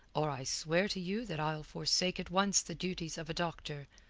or i swear to you that i'll forsake at once the duties of a doctor,